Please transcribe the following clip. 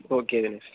okay Dinesh